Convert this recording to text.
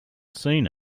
seen